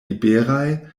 liberaj